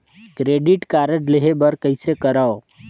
Credit card लेहे बर कइसे करव?